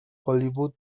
hollywood